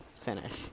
finish